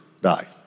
die